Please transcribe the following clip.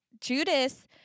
Judas